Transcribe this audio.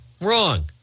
wrong